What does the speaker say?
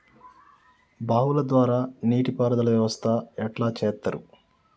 బావుల ద్వారా నీటి పారుదల వ్యవస్థ ఎట్లా చేత్తరు?